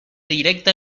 directa